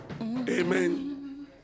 Amen